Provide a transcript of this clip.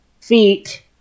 feet